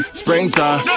springtime